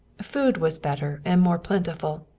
food was better and more plentiful.